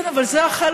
כן, אבל זה החלק,